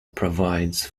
provides